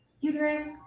uterus